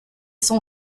son